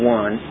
one